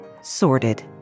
sorted